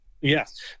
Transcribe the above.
yes